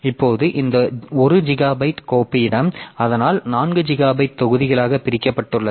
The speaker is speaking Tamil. இப்போது இந்த 1 ஜிகாபைட் கோப்பு இடம் அதனால் 4 ஜிகாபைட் தொகுதிகளாக பிரிக்கப்பட்டுள்ளது